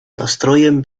nastrojem